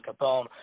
Capone